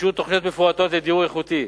לאישור תוכניות מפורטות לדיור איכותי: